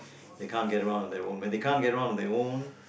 they can't get around on their own when they can't get around on their own